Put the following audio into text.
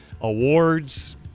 awards